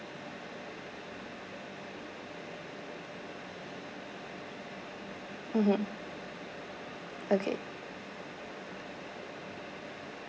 mmhmm okay